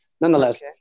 Nonetheless